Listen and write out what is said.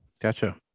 Gotcha